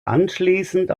anschließend